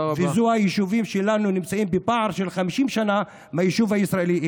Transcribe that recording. והיישובים שלנו נמצאים בפער של 50 שנה מהיישובים הישראליים.